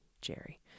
Jerry